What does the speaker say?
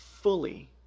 fully